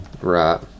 Right